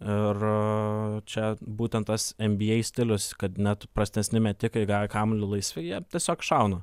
ir čia būtent tas nba stilius kad net prastesni metikai kam laisvi jie tiesiog šauna